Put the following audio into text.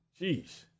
Jeez